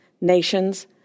nations